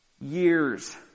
Years